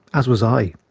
as was i.